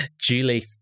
Julie